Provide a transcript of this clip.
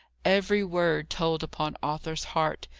every word told upon arthur's heart,